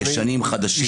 ישנים או חדשים,